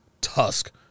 Tusk